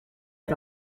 had